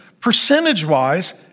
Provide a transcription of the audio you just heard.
percentage-wise